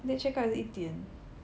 late check out 又一点